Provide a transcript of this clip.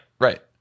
right